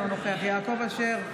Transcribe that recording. אינו נוכח יעקב אשר,